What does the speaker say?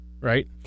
right